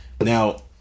Now